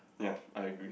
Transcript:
ya I agree